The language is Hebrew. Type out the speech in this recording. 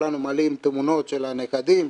כולנו מעלים תמונות של הנכדים,